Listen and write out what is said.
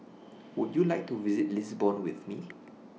Would YOU like to visit Lisbon with Me